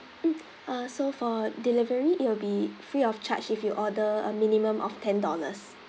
mm uh so for delivery it will be free of charge if you order a minimum of ten dollars